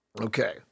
Okay